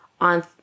On